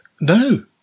No